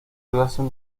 diversos